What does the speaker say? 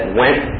went